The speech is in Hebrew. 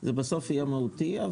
זה בסוף יהיה מהותי.